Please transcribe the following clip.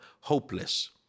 hopeless